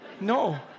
No